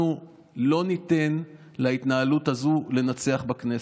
אנחנו לא ניתן להתנהלות הזו לנצח בכנסת.